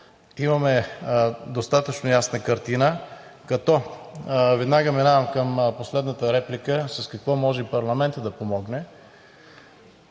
Имаме достатъчно ясна картина. Веднага минавам към последната реплика: с какво може и парламентът да помогне?